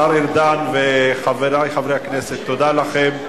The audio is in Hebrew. השר ארדן וחברי חברי הכנסת, תודה לכם.